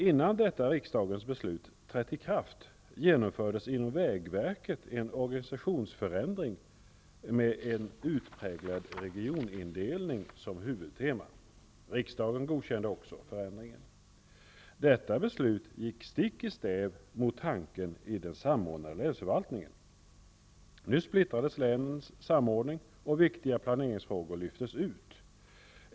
Innan detta riksdagens beslut trätt i kraft genomfördes inom vägverket en organisationsförändring med en utpräglad regionindelning som huvudtema. Riksdagen godkände också förändringen. Detta beslut gick stick i stäv mot tanken i den samordnade länsförvaltningen. Nu splittrades länens samordning, och viktiga planeringsfrågor lyftes ut.